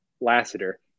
Lassiter